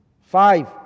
Five